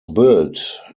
built